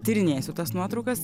tyrinėsiu tas nuotraukas